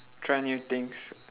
try new things